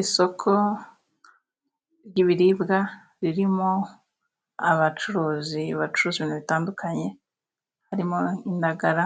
Isoko ry'ibiribwa ririmo abacuruzi bacuruza ibintu bitandukanye harimo: nk' indagara,